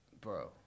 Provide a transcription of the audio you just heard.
Bro